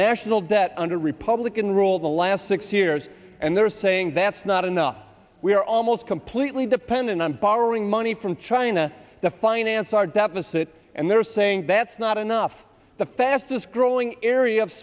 national debt under republican rule of the last six years and they're saying that's not enough we are almost completely dependent on borrowing money from china to finance our deficit and they're saying that's not enough the fastest growing area of